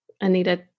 Anita